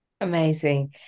Amazing